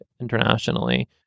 internationally